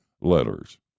letters